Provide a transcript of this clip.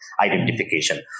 identification